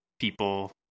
People